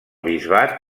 bisbat